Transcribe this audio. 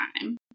time